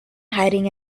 hiding